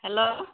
hello